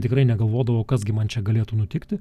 tikrai negalvodavau kas gi man čia galėtų nutikti